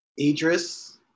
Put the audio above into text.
Idris